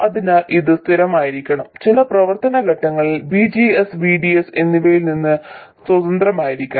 അതിനാൽ ഇത് സ്ഥിരമായിരിക്കണം ചില പ്രവർത്തന ഘട്ടങ്ങളിൽ VGS VDS എന്നിവയിൽ നിന്ന് സ്വതന്ത്രമായിരിക്കണം